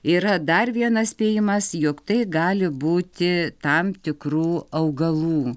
yra dar vienas spėjimas jog tai gali būti tam tikrų augalų